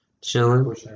Chilling